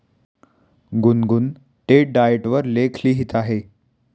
गुनगुन डेट डाएट वर लेख लिहित आहे